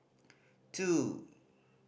two